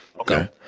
Okay